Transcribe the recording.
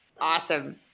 awesome